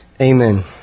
Amen